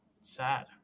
Sad